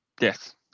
yes